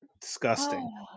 Disgusting